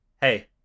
hey